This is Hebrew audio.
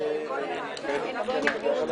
בשעה 13:30.